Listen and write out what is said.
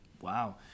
Wow